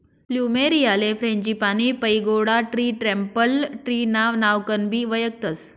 फ्लुमेरीयाले frangipani, pagoda tree, temple tree ना नावकनबी वयखतस